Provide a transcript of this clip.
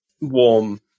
warm